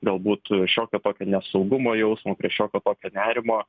galbūt šiokio tokio nesaugumo jausmo prie šioko tokio nerimo